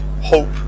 hope